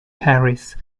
harris